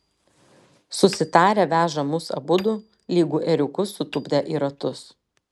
susitarę veža mus abudu lygu ėriukus sutupdę į ratus